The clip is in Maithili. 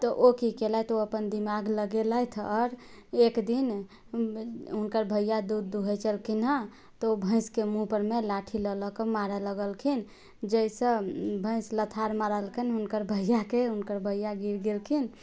तऽ ओ की केलथि ओ अपन दिमाग लगेलथि आओर एकदिन हुनकर भैया दूध दुहैत छलखिन हँ तऽ ओ भैंसके मुँह परमे लाठी लए लए कऽ मारै लगलखिन जाहिसँ भैंस लथाड़ मरलकनि हुनकर भइयाके हुनकर भैया गिर गेलखिन